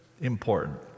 important